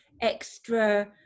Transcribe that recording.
extra